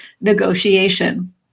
negotiation